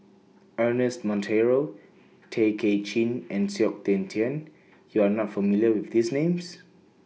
Ernest Monteiro Tay Kay Chin and Tian YOU Are not familiar with These Names